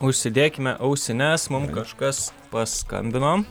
užsidėkime ausines mum kažkas paskambino